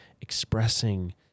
expressing